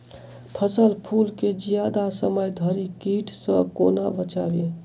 फल फुल केँ जियादा समय धरि कीट सऽ कोना बचाबी?